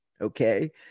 okay